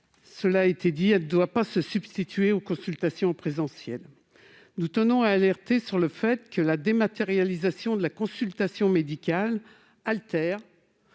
sanitaire, elle ne doit pas se substituer aux consultations en présentiel. Nous tenons à alerter sur le fait que la dématérialisation de la consultation médicale altère-